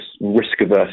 risk-averse